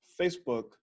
Facebook